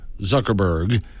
Zuckerberg